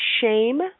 shame